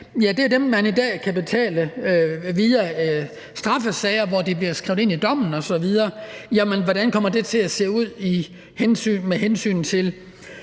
er dem, man i dag kan betale via straffesager, hvor det bliver skrevet ind i dommen osv. Jamen hvordan kommer det til at se ud med hensyn til